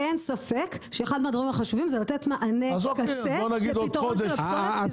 אין ספק שאחד מהדברים החשובים הוא לתת מענה קצה לפתרון הפסולת.